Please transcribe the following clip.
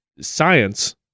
science